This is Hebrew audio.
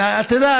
אתה יודע,